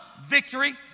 victory